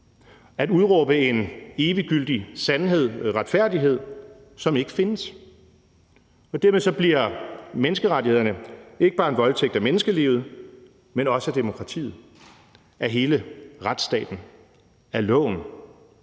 at udråbe en eviggyldig forståelse af sandhed og retfærdighed, som ikke findes. Dermed bliver menneskerettighederne ikke bare en voldtægt af menneskelivet, men også af demokratiet, af hele retsstaten, af loven.